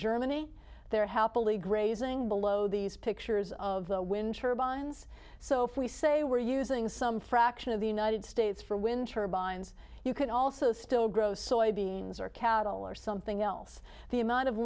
germany they're happily grazing below these pictures of the wind turbines so if we say we're using some fraction of the united states for wind turbines you can also still grow soybeans or cattle or something else the amount of